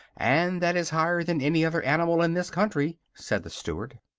and that is higher than any other animal in this country, said the steward.